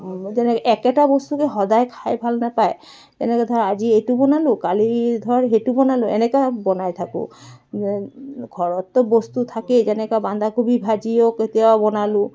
যেনে একেটা বস্তুকে সদায় খাই ভাল নাপায় তেনেকৈ ধৰ আজি এইটো বনালোঁ কালি ধৰ সেইটো বনালোঁ এনেকৈ বনাই থাকোঁ ঘৰতটো বস্তু থাকেই যেনেকৈ বন্ধাকবি ভাজিও কেতিয়াও বনালোঁ